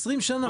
מעל 20 שנה.